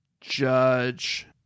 judge